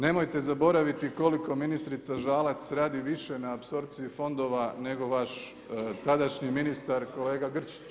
Nemojte zaboraviti koliko ministrica Žalac radi više na apsorpciji fondova nego vaš tadašnji ministar kolega Grčić.